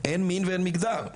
אין מין ואין מגדר.